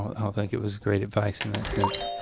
i don't think it was great advice in that sense.